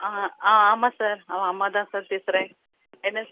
ஆ ஆ ஆமாம் சார் அவன் அம்மா தான் சார் பேசுகிறேன் என்ன